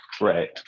Right